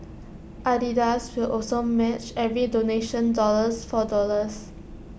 Adidas will also match every donation dollars for dollars